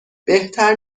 بهتر